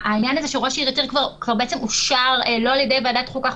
העניין הזה של ראש עיר היתר כבר אושר לא על ידי ועדת חוקה,